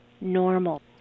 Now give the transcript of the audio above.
normal